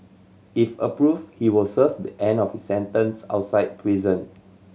if approve he will serve the end of his sentence outside prison